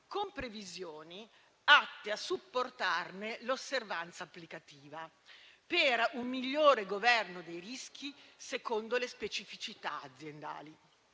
con previsioni atte a supportarne l'osservanza applicativa per un migliore governo dei rischi secondo le specificità aziendali.